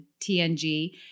TNG